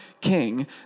king